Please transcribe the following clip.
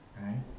right